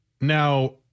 now